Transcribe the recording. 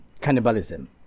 cannibalism